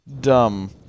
dumb